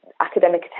academic